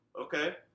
okay